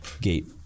gate